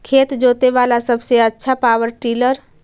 खेत जोते बाला सबसे आछा पॉवर टिलर?